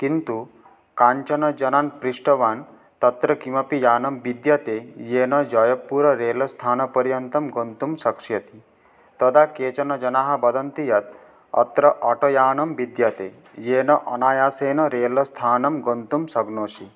किन्तु काँश्चन जनान् पृष्टवान् तत्र किमपि यानं विद्यते येन जयपुररेलस्थानपर्यन्तं गन्तुं शक्ष्यति तदा केचन जनाः वदन्ति यत् अत्र आटोयानं विद्यते येन अनायासेन रेलस्थानं गन्तुं शक्नोषि